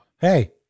Hey